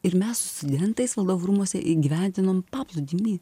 ir mes su studentais valdovų rūmuose įgyvendinom paplūdimy